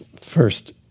first